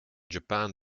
japan